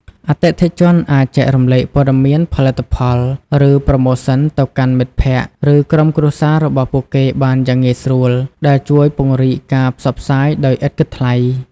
អតិថិជនអាចចែករំលែកព័ត៌មានផលិតផល ឬប្រូម៉ូសិនទៅកាន់មិត្តភក្តិ ឬក្រុមគ្រួសាររបស់ពួកគេបានយ៉ាងងាយស្រួល ដែលជួយពង្រីកការផ្សព្វផ្សាយដោយឥតគិតថ្លៃ។